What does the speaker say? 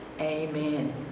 Amen